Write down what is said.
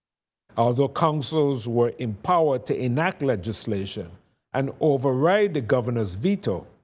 although councils were empowered to enact legislation and override the governor's veto,